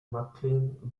mclean